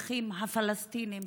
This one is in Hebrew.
האזרחים הפלסטינים,